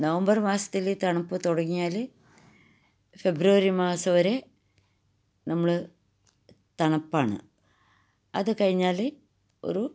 November മാസത്തില് തണുപ്പ് തുടങ്ങിയാല് ഫെബ്രുവരി മാസം വരെ നമ്മള് തണുപ്പാണ് അത് കഴിഞ്ഞാല് ഒരു